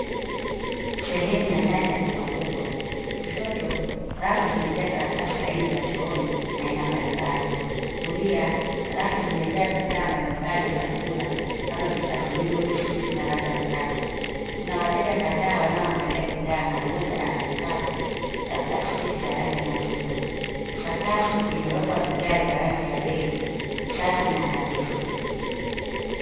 Sehemu ya ndani ya duka kubwa. Kushoto, rafu zimejaa karatasi laini za chooni aina mbalimbali. Kulia, rafu zimejaa bidhaa mbalimbali za kula kama vitafunio, biscuit na labda mkate. Kuna wateja kadhaa wanaoangalia bidhaa na mmoja ana kikapu cha plastiki cha rangi ya machungwa. Sakafu imewekwa vigae vya rangi ya beige safi na nadhifu.